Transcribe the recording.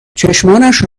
چشمانش